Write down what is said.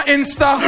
Insta